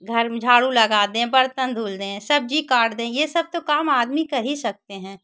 घर में झाड़ू लगा दे बर्तन धुल दें सब्ज़ी काट दें ये सब तो काम आदमी कर ही सकते हैं